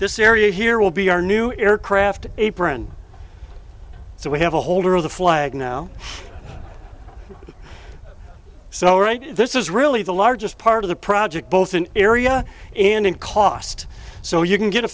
this area here will be our new aircraft apron so we have a holder of the flag now so right this is really the largest part of the project both an area in and cost so you can get a